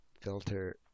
Filter